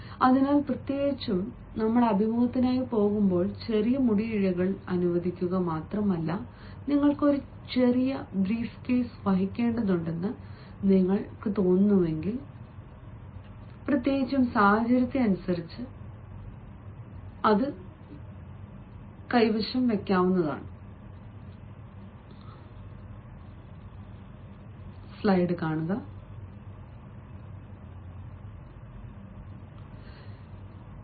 അതിനാൽ പ്രത്യേകിച്ചും ഞങ്ങൾ അഭിമുഖത്തിനായി പോകുമ്പോൾ ചെറിയ മുടിയിഴകൾ അനുവദിക്കുക മാത്രമല്ല നിങ്ങൾക്ക് ഒരു ചെറിയ ബ്രീഫ്കേസ് വഹിക്കേണ്ടതുണ്ടെന്ന് നിങ്ങൾക്ക് തോന്നുന്നുവെങ്കിൽ അല്ലെങ്കിൽ പ്രത്യേകിച്ചും സാഹചര്യത്തെ ആശ്രയിച്ച് സാഹചര്യത്തിന്റെ നിലനിൽപ്പിനെ ആശ്രയിച്ച് അത് കൈവശമുള്ള പേപ്പറുകൾക്കായി